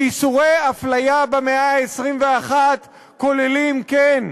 ואיסורי הפליה במאה ה-21 כוללים, כן,